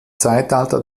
zeitalter